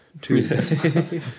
Tuesday